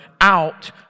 out